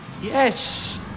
yes